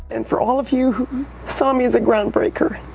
and for all of you who saw me as a ground-breaker,